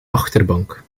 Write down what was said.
achterbank